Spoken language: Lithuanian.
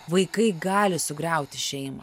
vaikai gali sugriauti šeimą